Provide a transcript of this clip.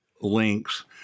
links